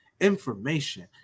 Information